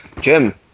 Jim